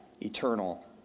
eternal